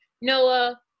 Noah